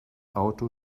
auto